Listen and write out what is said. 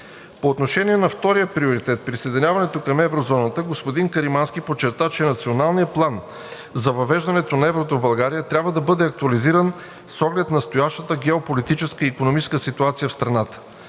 По отношение на втория приоритет – присъединяване към еврозоната, господин Каримански подчерта, че Националният план за въвеждане на еврото в България трябва да бъде актуализиран с оглед настоящата геополитическа и икономическа ситуация в страната.